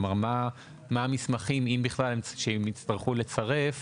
כלומר, מהם המסמכים, אם בכלל, שהם יצטרכו לצרף